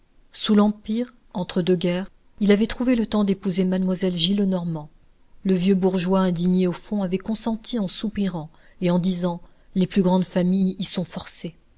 sous l'empire entre deux guerres il avait trouvé le temps d'épouser mademoiselle gillenormand le vieux bourgeois indigné au fond avait consenti en soupirant et en disant les plus grandes familles y sont forcées